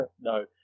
no